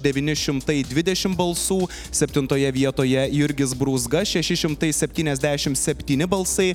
devyni šimtai dvidešimt balsų septintoje vietoje jurgis brūzga šeši šimtai septyniasdešimt septyni balsai